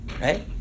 right